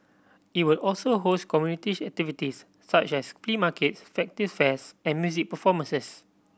it will also host community activities such as flea markets festive fairs and music performances